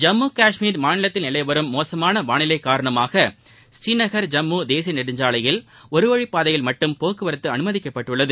ஜம்மு கஷ்மீர் மாநிலத்தில் நிலவிவரும் மோசுமான வாளிலை காரணமாக ஸ்ரீநகர் ஜம்மு தேசிய நெடுஞ்சாலையில் ஒரு வழிப்பாதையில் மட்டும் போக்குவரத்து அனுமதிக்கப்பட்டுள்ளது